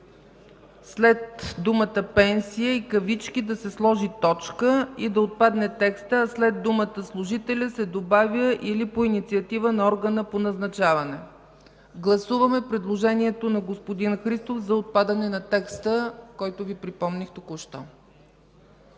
След думата „пенсия” да се сложи точка и да отпадне текстът, а след думата „служителя” се добавя „или по инициатива на органа по назначаване”. Гласуваме предложението на господин Христов за отпадане на текста, който Ви припомних току-що.